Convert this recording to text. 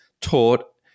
taught